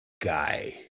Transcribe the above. guy